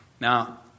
Now